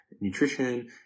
nutrition